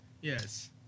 Yes